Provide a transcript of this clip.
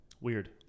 Weird